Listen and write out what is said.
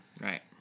Right